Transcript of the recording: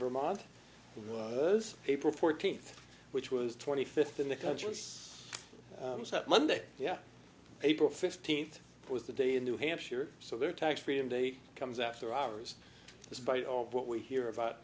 vermont is april fourteenth which was twenty fifth in the country that monday yeah april fifteenth was the day in new hampshire so their tax freedom day comes after hours despite all what we hear about